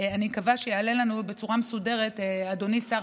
אני מקווה שיענה לנו בצורה מסודרת אדוני שר